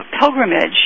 pilgrimage